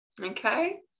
okay